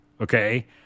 okay